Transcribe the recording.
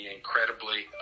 incredibly